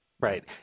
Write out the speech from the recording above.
Right